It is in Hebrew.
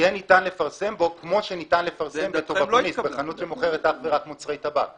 יהיה ניתן לפרסם בו כמו שניתן לפרסם בחנות שמוכרת רק מוצרי טבק.